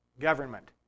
government